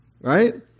right